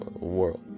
world